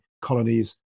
colonies